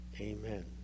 Amen